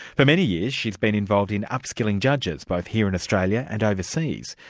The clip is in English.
for many years she has been involved in up-skilling judges both here in australia and overseas,